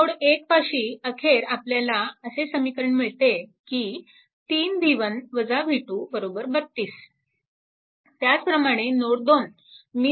node 1 पाशी अखेर आपल्याला असे समीकरण मिळते की 3 v1 v2 32 त्याचप्रमाणे नोड 2